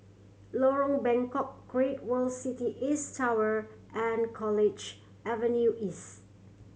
Lorong Bengkok Great World City East Tower and College Avenue East